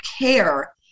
care